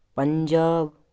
Punjab